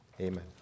Amen